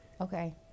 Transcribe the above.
Okay